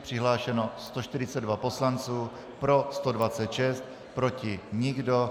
Přihlášeno 142 poslanců, pro 126, proti nikdo.